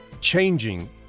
changing